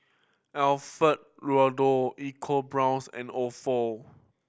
Alfio Raldo EcoBrown's and Ofo